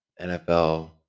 NFL